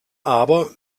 aber